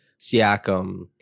Siakam